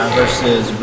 versus